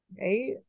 Right